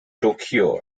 tokyo